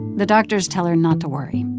the doctors tell her not to worry.